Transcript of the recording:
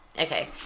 Okay